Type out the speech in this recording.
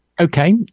Okay